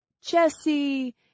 Jesse